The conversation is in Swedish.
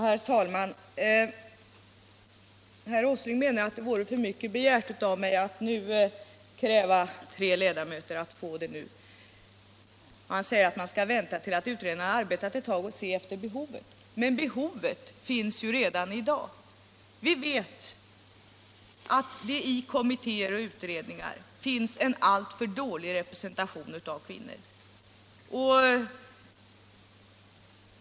Herr talman! Herr Åsling menar att det är för mycket begärt av mig att nu kräva att tre kvinnliga ledamöter utses. Han säger att man skall vänta tills utredningen har arbetat ett tag så att man får se behovet. Men behovet finns ju redan i dag! Vi vet att kommittéer och utredningar har en alltför dålig representation av kvinnor.